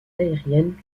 aérienne